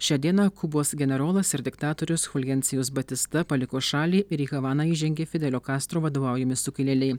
šią dieną kubos generolas ir diktatorius chulgencijus batista paliko šalį ir į havaną įžengė fidelio kastro vadovaujami sukilėliai